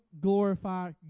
glorify